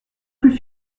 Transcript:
plus